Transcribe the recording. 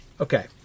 Okay